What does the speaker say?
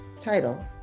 title